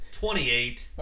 28